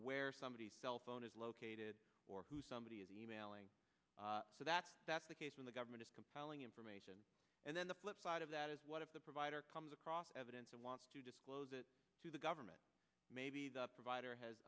where somebody's cell phone is located or who somebody is e mailing so that that's the case when the government is compiling information and then the flip side of that is what if the provider comes across evidence and wants to disclose it to the government maybe the provider has